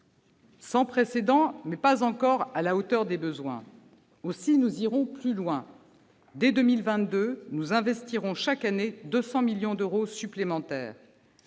sans précédent, mais il n'est pas encore à la hauteur des besoins. Aussi, nous irons plus loin : dès 2022, nous investirons chaque année 200 millions d'euros supplémentaires.